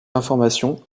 information